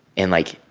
and, like,